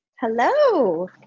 Hello